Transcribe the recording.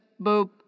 boop